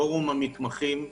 פורום המתמחים,